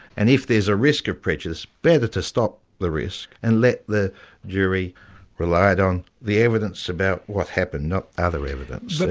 and if there's a risk of prejudice, better to stop the risk and let the jury rely on the evidence about what happened, not other evidence, but